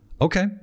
okay